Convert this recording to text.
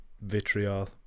vitriol